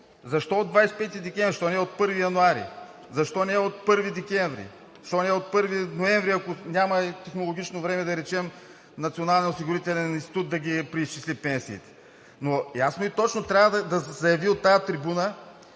Защо от 25 декември? Защо не от 1 януари? Защо не от 1 декември? Защо не от 1 ноември, ако няма технологично време, да речем, Националният осигурителен институт да преизчисли пенсиите? Ясно и точно трябва да се заяви от тази трибуна,